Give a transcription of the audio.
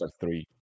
three